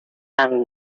hang